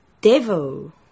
Devil